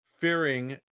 fearing